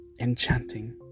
enchanting